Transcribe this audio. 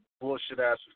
bullshit-ass